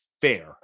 fair